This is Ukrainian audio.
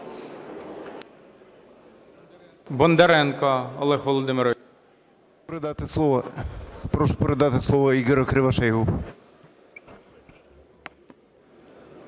Прошу передати слово Ігорю Кривошеєву.